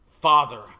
Father